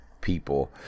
people